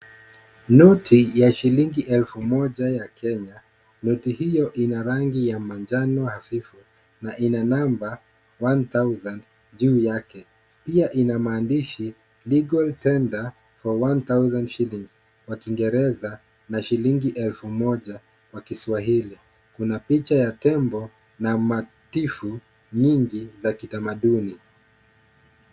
Noti ya shilingi elfu moja ya Kenya. Noti hiyo ina rangi ya manjano hafifu, na ina namba one thousand juu yake. Pia ina maandishi Legal Tender for one thousand shillings kwa Kingereza, na shilingi elfu moja kwa kiswahili. Kuna picha ya tembo na matifu nyingi la kitamaduni.